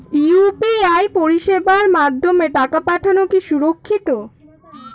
UPI পরিষেবার মাধ্যমে টাকা পাঠানো কি সুরক্ষিত?